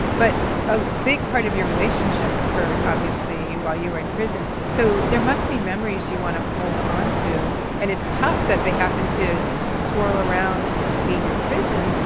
but a big part of your relationship occurred obviously while you were in prison. so there must be memories you want to hold onto. and it's tough that they happen to swirl around being in prison,